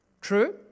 True